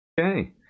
Okay